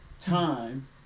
time